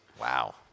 Wow